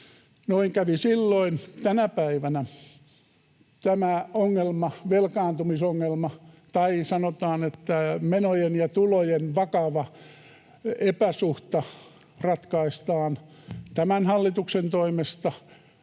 Noin kävi silloin. Tänä päivänä tämä velkaantumisongelma, tai sanotaan, että menojen ja tulojen vakava epäsuhta, ratkaistaan tämän hallituksen toimesta